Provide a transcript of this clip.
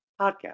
podcast